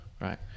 Right